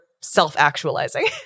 self-actualizing